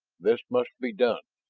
this must be done!